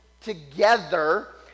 together